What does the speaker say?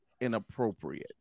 inappropriate